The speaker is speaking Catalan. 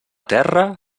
terra